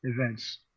events